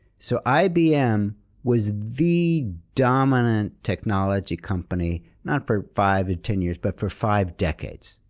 so ibm was the dominant technology company, not for five or ten years, but for five decades.